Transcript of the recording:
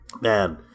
man